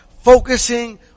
focusing